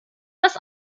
das